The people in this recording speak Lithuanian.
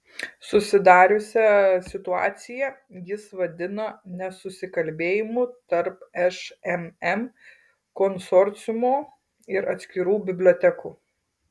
susidariusią situaciją jis vadina nesusikalbėjimu tarp šmm konsorciumo ir atskirų bibliotekų